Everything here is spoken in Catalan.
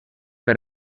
per